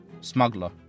smuggler